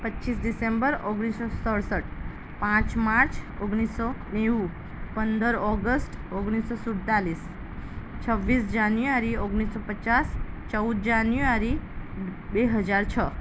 પચીસ ડિસેમ્બર ઓગણીસસો સડસઠ પાંચ માર્ચ ઓગણીસસો નેવું પંદર ઓગસ્ટ ઓગણીસસો સુડતાલીસ છવ્વીસ જાન્યુઆરી ઓગણીસસો પચાસ ચૌદ જાન્યુઆરી બે હજાર છ